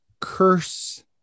curse